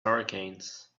hurricanes